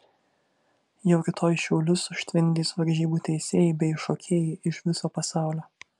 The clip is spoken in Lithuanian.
jau rytoj šiaulius užtvindys varžybų teisėjai bei šokėjai iš viso pasaulio